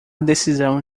decisão